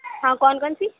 ہاں کون کون سی